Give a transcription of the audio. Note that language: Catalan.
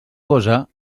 cosa